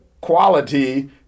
quality